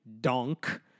Donk